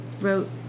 wrote